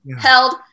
held